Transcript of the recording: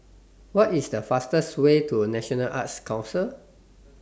What IS The fastest Way to National Arts Council